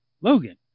Logan